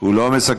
הוא לא מסכם.